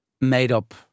made-up